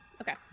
Okay